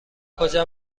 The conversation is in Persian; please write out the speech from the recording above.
کجا